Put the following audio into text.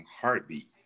heartbeat